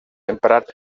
emprat